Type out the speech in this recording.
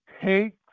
take